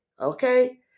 Okay